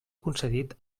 concedit